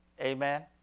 Amen